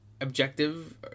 objective